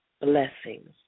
Blessings